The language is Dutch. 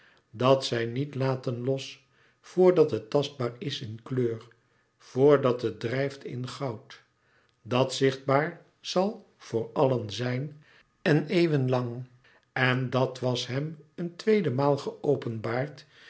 dat zij niet laten los voordat het tastbaar is in kleur voordat het drijft in goud dat zichtbaar zal voor allen zijn en eeuwen lang en dat was hem een tweede maal